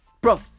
bro